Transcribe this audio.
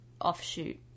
offshoot